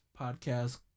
podcast